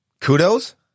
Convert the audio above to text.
Kudos